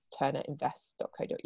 turnerinvest.co.uk